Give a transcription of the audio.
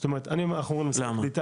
זאת אומרת, אנחנו --- למה?